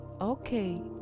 Okay